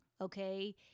okay